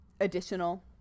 additional